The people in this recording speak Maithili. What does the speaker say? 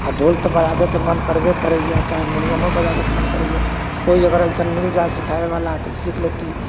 आओर ढ़ोल तऽ बजाबैके मन करबै करैए चाहे हारमोनियमो बजाबैके मोन करैए कोइ अगर एसन मिल जाइ सिखाबैवला तऽ सीख लेती